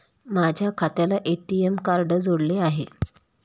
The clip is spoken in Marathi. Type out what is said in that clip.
माझ्या खात्याला ए.टी.एम कार्ड जोडलेले आहे